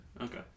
Okay